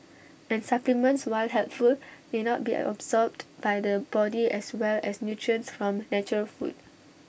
and supplements while helpful may not be absorbed by the body as well as nutrients from natural food